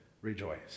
rejoice